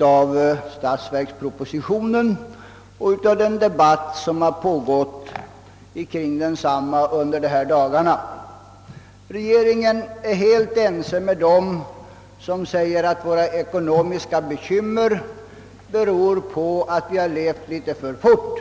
av statsverkspropositionen och av den debatt som pågått kring densamma under dessa dagar. Regeringen är helt ense med dem som säger, att våra ekonomiska bekymmer beror på att vi har levt litet för fort.